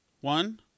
one